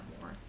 more